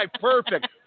perfect